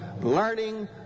learning